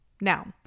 Now